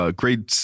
grade